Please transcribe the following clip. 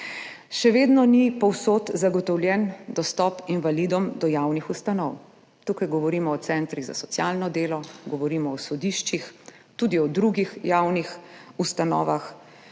Še vedno ni povsod zagotovljen dostop invalidom do javnih ustanov. Tukaj govorimo o centrih za socialno delo, govorimo o sodiščih, tudi o drugih javnih ustanovah.